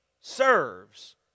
serves